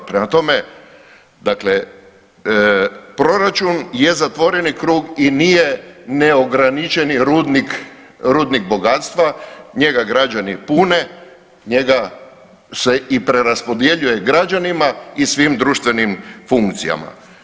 Prema tome, dakle proračun je zatvoreni krug i nije neograničeni rudnik, rudnik bogatstva, njega građani pune, njega se i preraspodjeljuje građanima i svim društvenim funkcijama.